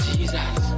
Jesus